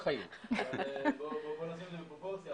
בוא נשים את זה בפרופורציה,